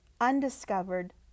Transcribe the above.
undiscovered